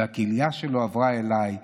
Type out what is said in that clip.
הכליה שלו עברה אליי,